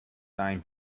time